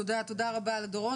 תודה רבה לדורון,